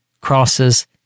crosses